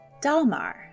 Dalmar